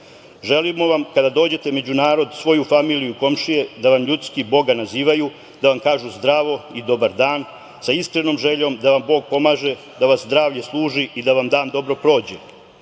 srama. Želimo vam kada dođete među narod, svoju familiju i komšije da vam ljudski Boga nazivaju, da vam kažu – zdravo i – dobar dan sa iskrenom željom da vam Bog pomaže, da vas zdravlje služi i da vam dan dobro prođe,